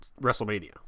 WrestleMania